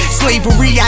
slavery